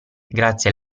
grazie